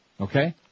Okay